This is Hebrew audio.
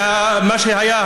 ומה היה,